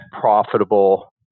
profitable